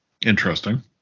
Interesting